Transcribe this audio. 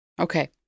Okay